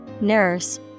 nurse